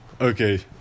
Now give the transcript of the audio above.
Okay